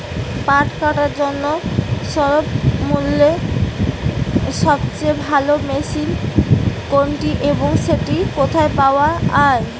পাট কাটার জন্য স্বল্পমূল্যে সবচেয়ে ভালো মেশিন কোনটি এবং সেটি কোথায় পাওয়া য়ায়?